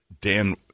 Dan